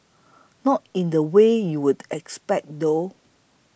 not in the way you would expect though